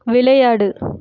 விளையாடு